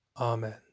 Amen